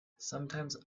sometimes